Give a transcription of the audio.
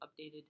updated